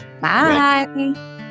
Bye